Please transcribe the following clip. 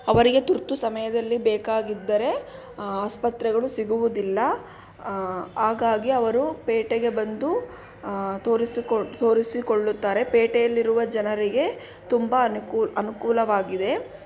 ಅವರಿಗೆ ತುರ್ತು ಸಮಯದಲ್ಲಿ ಬೇಕಾಗಿದ್ದರೆ ಆಸ್ಪತ್ರೆಗಳು ಸಿಗುವುದಿಲ್ಲ ಹಾಗಾಗಿ ಅವರು ಪೇಟೆಗೆ ಬಂದು ತೋರಿಸಿಕೊ ತೋರಿಸಿಕೊಳ್ಳುತ್ತಾರೆ ಪೇಟೆಯಲ್ಲಿರುವ ಜನರಿಗೆ ತುಂಬ ಅನುಕೂ ಅನುಕೂಲವಾಗಿದೆ